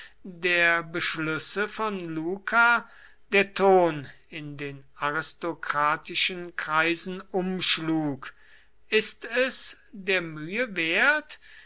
der beschlüsse von luca der ton in den aristokratischen kreisen umschlug ist es der mühe wert